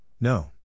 no